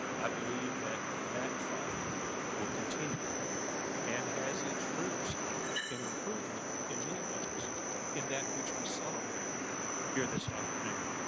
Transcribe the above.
i believe that that fight will continue and has its roots in improvement in many ways in that which we celebrate here at this afternoon.